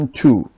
two